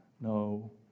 no